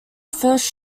first